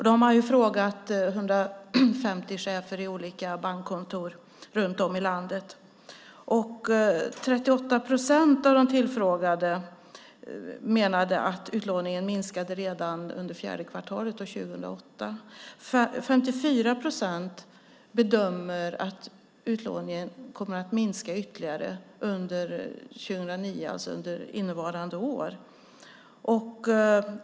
De har frågat 150 chefer på olika bankkontor runt om i landet, och 38 procent av de tillfrågade menade att utlåningen minskade redan under fjärde kvartalet 2008. 54 procent bedömer att utlåningen kommer att minska ytterligare under 2009, alltså under innevarande år.